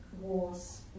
wars